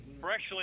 freshly